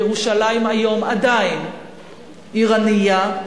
ירושלים היום עדיין עיר ענייה,